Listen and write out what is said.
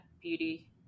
beauty